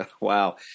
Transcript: Wow